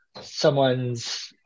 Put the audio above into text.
someone's